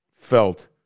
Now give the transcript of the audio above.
felt